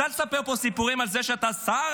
אז אל תספר פה סיפורים על זה שאתה שר